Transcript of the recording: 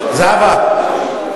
זהבה,